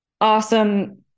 awesome